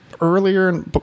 Earlier